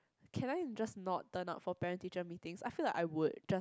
can I just not turn up for parent teacher Meetings I feel like I would just